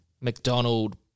McDonald